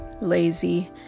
lazy